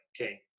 okay